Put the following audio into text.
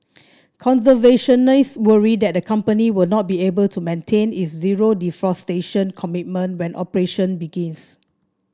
conservationists worry that the company will not be able to maintain is zero deforestation commitment when operation begins